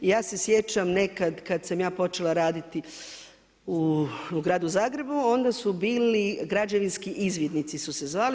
Ja se sjećam nekad kad sam ja počela raditi u gradu Zagrebu onda su bili građevinski izvidnici su se zvali.